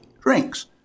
drinks